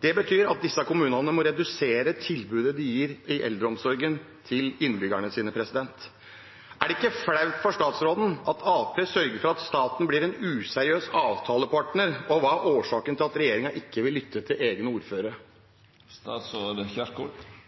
Det betyr at disse kommunene må redusere tilbudet de gir i eldreomsorgen til innbyggerne sine. Er det ikke flaut for statsråden at Arbeiderpartiet sørger for at staten blir en useriøs avtalepartner, og hva er årsaken til at regjeringen ikke vil lytte til egne